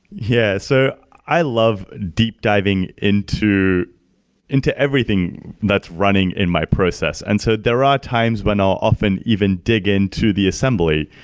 yeah. so i love deep diving into into everything that's running in my process. and so there are time when i'll often even dig into the assembly.